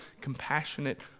compassionate